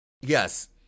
Yes